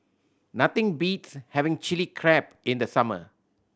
nothing beats having Chilli Crab in the summer